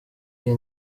iyi